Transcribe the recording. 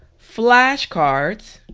flash cards